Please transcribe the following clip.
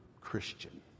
Christian